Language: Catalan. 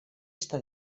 està